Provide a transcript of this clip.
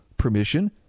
permission